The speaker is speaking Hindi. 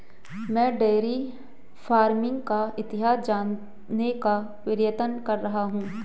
मैं डेयरी फार्मिंग का इतिहास जानने का प्रयत्न कर रहा हूं